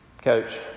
Coach